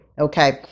okay